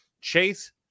Chase